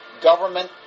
government